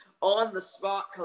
on-the-spot